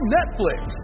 Netflix